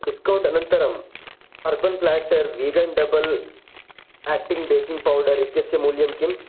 discount अनन्तरम् urban platter vegan double acting baking powder इत्यस्य मूल्यं किम्